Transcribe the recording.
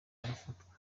arafatwa